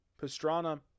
Pastrana